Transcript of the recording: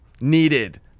needed